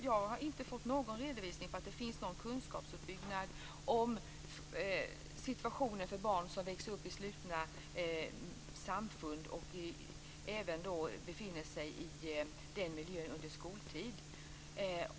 Jag har inte fått någon redovisning av att det finns någon kunskapsuppbyggnad om situationen för barn som växer upp i slutna samfund och även befinner sig i den miljön under skoltid.